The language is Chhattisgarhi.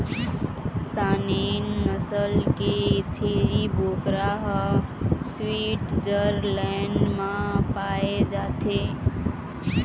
सानेन नसल के छेरी बोकरा ह स्वीटजरलैंड म पाए जाथे